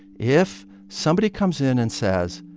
if somebody comes in and says,